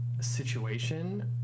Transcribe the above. situation